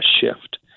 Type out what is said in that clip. shift